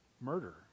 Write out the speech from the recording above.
murder